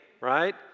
right